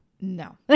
No